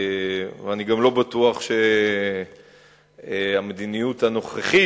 ואני גם לא בטוח שהמדיניות הנוכחית,